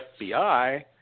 FBI